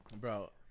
bro